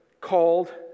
called